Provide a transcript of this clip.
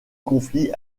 conflit